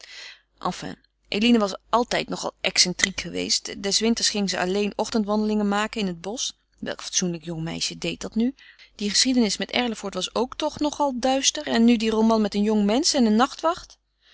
enfin eline was altijd nogal excentriek geweest des winters ging ze alleen ochtendwandelingen maken in het bosch welk fatsoenlijk jong meisje deed dat nu die geschiedenis met erlevoort was ook toch nogal duister en nu die roman met een jongmensch en een nachtwacht